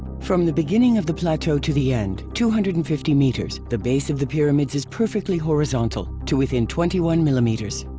from the beginning of the plateau to the end, two hundred and fifty meters, the base of the pyramid is perfectly horizontal, to within twenty one millimeters.